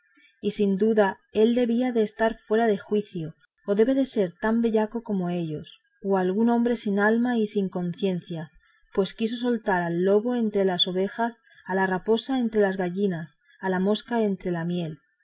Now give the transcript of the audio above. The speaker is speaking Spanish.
y sin duda alguna él debía de estar fuera de juicio o debe de ser tan grande bellaco como ellos o algún hombre sin alma y sin conciencia pues quiso soltar al lobo entre las ovejas a la raposa entre las gallinas a la mosca entre la miel